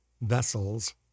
vessels